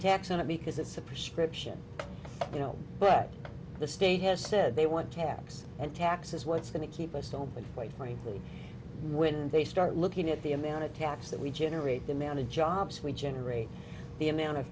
tax on it because it's a prescription you know but the state has said they want tax and taxes what's going to keep us open quite frankly when they start looking at the amount of taxes that we generate the man a jobs we generate the amount of